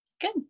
good